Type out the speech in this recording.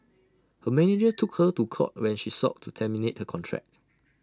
her manager took her to court when she sought to terminate contract